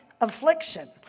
affliction